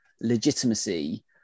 legitimacy